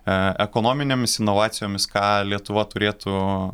ekonominėmis inovacijomis ką lietuva turėtų